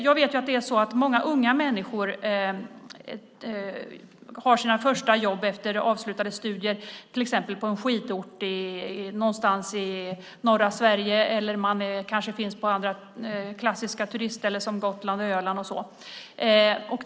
Jag vet att många unga människor har sina första jobb efter avslutade studier till exempel på en skidort någonstans i norra Sverige eller kanske på andra klassiska turistställen som Gotland, Öland och så vidare.